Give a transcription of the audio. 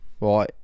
right